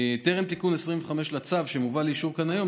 טרם תיקון 25 לצו שמובא לאישור כאן היום,